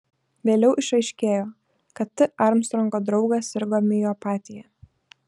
vėliau išaiškėjo kad t armstrongo draugas sirgo miopatija